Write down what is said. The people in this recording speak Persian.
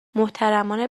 محترمانه